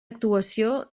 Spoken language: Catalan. actuació